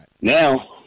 Now